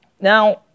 now